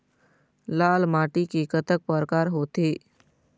लाल माटी के कतक परकार होथे?